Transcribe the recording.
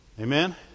Amen